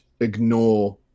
ignore